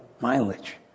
mileage